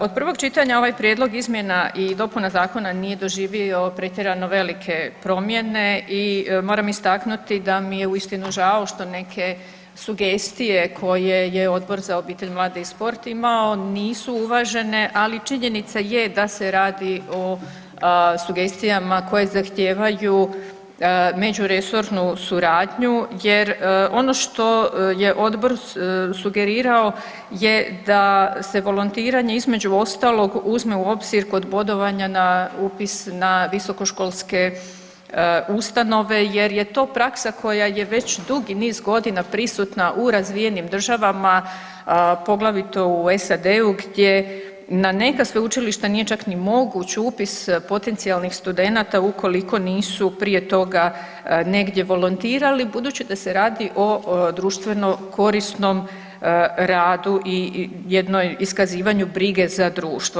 Od prvog čitanja ovaj prijedlog izmjena i dopuna zakona nije doživio pretjerano velike promjene i moram istaknuti da mi je uistinu žao što neke sugestije koje je Odbor za obitelj, mlade i sport imao nisu uvažene, ali činjenica je da se radi o sugestijama koje zahtijevaju međuresornu suradnju jer ono što je odbor sugerirao je da se volontiranje između ostalog uzme u obzir kod bodovanja na upis na visokoškolske ustanove jer je to praksa koja je već dugi niz godina prisutna u razvijenim državama, poglavito u SAD-u gdje na neka sveučilišta nije čak ni moguć upis potencijalnih studenata ukoliko nisu prije toga negdje volontirali budući da se radi o društveno korisnom radu i jednom iskazivanju brige za društvo.